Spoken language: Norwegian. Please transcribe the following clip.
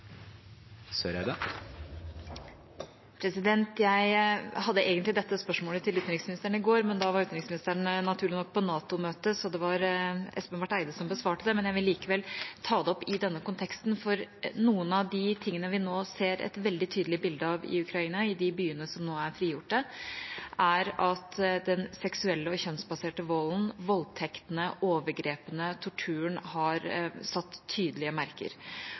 var utenriksministeren, naturlig nok, på NATO-møtet, så det var Espen Barth Eide som besvarte det, men jeg vil likevel ta det opp i denne konteksten. For noen av de tingene vi nå ser et veldig tydelig bilde av i Ukraina, i de byene som nå er frigjort, er at den seksuelle og kjønnsbaserte volden, voldtektene, overgrepene, torturen har satt tydelige merker.